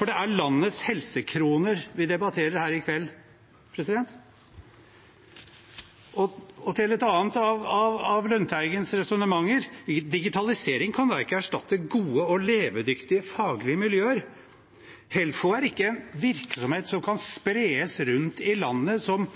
Det er landets helsekroner vi debatterer her i kveld. Til et annet av Lundteigens resonnementer: Digitalisering kan da ikke erstatte gode og levedyktige faglige miljøer? Helfo er